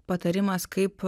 patarimas kaip